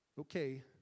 okay